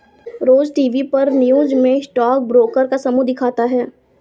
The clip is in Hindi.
रोज टीवी पर न्यूज़ में स्टॉक ब्रोकर का समूह दिखता है